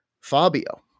Fabio